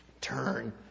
Turn